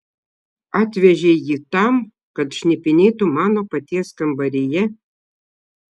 atvežei jį tam kad šnipinėtų mano paties kambaryje